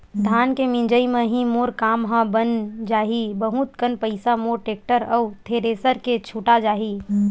धान के मिंजई म ही मोर काम ह बन जाही बहुत कन पईसा मोर टेक्टर अउ थेरेसर के छुटा जाही